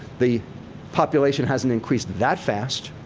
the population hasn't increased that fast.